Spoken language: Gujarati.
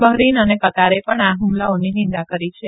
બહરીન ને કતારે પણ આ હ્મલાઓની નિંદા કરી છે